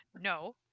No